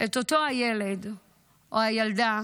את אותו הילד או הילדה